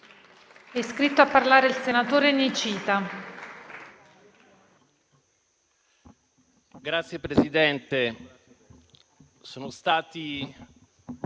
Grazie, Presidente,